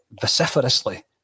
vociferously